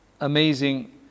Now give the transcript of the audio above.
amazing